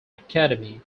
academy